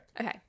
Okay